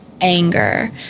anger